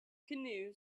canoe